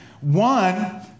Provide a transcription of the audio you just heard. one